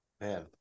Man